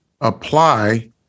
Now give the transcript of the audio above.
apply